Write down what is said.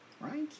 right